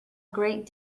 great